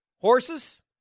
Horses